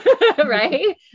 right